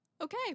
Okay